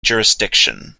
jurisdiction